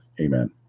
Amen